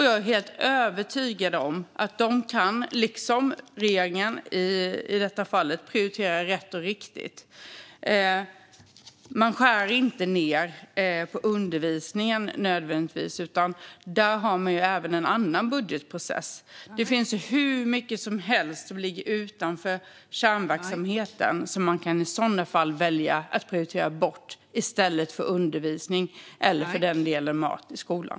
Jag är helt övertygad om att de, liksom regeringen, i detta fall kan prioritera rätt och riktigt. Kommunerna skär inte nödvändigtvis ned på undervisningen, utan där har man även en annan budgetprocess. Det finns hur mycket som helst som ligger utanför kärnverksamheten som kommunerna i så fall kan välja att låta bli att prioritera i stället för undervisning eller, för den delen, mat i skolan.